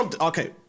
okay